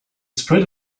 spread